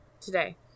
Today